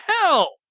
hell